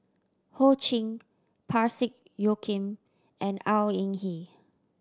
Ho Ching Parsick Joaquim and Au Hing Yee